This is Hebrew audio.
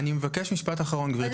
אני מבקש משפט האחרון, גברתי.